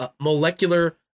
molecular